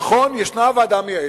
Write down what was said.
נכון, ישנה הוועדה המייעצת,